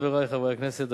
חברי חברי הכנסת,